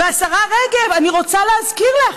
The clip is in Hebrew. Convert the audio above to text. והשרה רגב, אני רוצה להזכיר לך,